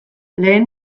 lehen